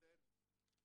שזה צריך להניח את דעתכם.